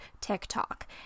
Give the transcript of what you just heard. TikTok